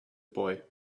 boy